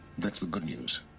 that's the good news